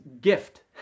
gift